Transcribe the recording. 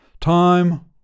Time